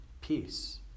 peace